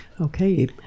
Okay